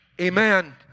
Amen